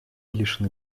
лишены